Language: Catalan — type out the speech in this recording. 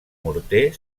morter